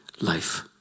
life